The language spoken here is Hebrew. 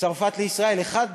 צרפת לישראל: האחד,